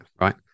right